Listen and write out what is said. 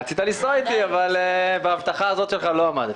רצית לנסוע אתי אבל בהבטחה הזו שלך לא עמדת.